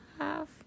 half